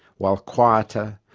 while quieter,